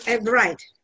Right